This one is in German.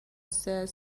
sehr